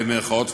במירכאות כפולות,